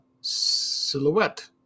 Silhouette